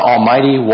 Almighty